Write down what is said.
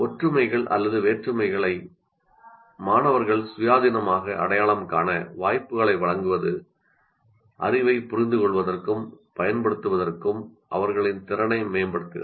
ஒற்றுமைகள் மற்றும் வேறுபாடுகளை மாணவர்கள் சுயாதீனமாக அடையாளம் காண வாய்ப்புகளை வழங்குவது அறிவைப் புரிந்துகொள்வதற்கும் பயன்படுத்துவதற்கும் அவர்களின் திறனை மேம்படுத்துகிறது